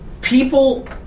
people